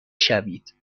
شوید